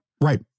Right